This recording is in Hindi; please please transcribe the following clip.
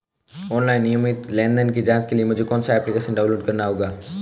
ऑनलाइन नियमित लेनदेन की जांच के लिए मुझे कौनसा एप्लिकेशन डाउनलोड करना होगा?